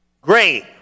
Great